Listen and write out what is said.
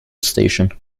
station